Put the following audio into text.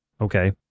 Okay